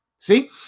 See